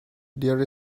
there